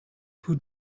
who